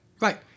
Right